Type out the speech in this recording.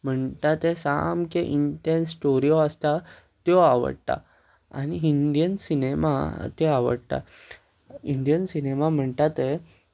म्हणटा ते सामके इंडियन स्टोऱ्यो आसता त्यो आवडटा आनी इंडियन सिनेमा त्यो आवडटा इंडियन सिनेमा म्हणटा ते